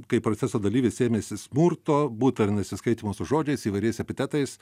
kai proceso dalyvis ėmėsi smurto būta ir nesiskaitymo su žodžiais įvairiais epitetais